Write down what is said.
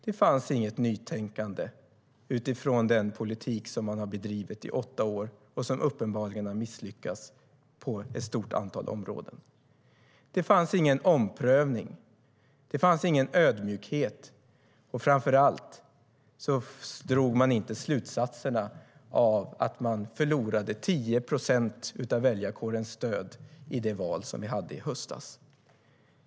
Det fanns inget nytänkande efter den politik som man bedrivit i åtta år och som uppenbarligen misslyckats på ett stort antal områden. Det skedde ingen omprövning. Det fanns ingen ödmjukhet. Framför allt drog man inte slutsatserna av att man förlorade 10 procent av väljarkårens stöd i det val vi hade i höstas.